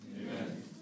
Amen